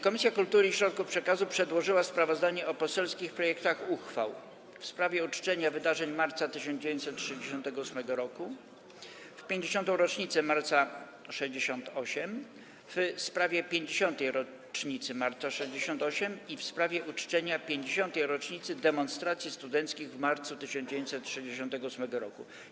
Komisja Kultury i Środków Przekazu przedłożyła sprawozdanie o poselskich projektach uchwał: - w sprawie uczczenia wydarzeń Marca 1968 roku, - w 50. rocznicę Marca ’68, - w sprawie 50. rocznicy Marca ’68, - w sprawie uczczenia 50. rocznicy demonstracji studenckich w marcu 1968 roku.